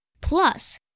Plus